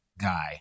guy